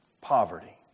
poverty